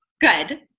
good